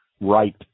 right